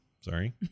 Sorry